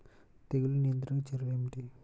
తెగులు నియంత్రణ చర్యలు ఏమిటి?